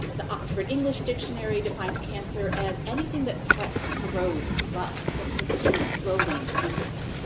the oxford english dictionary defined cancer as anything that frets, corrodes, corrupts, or consumes slowly and secretly.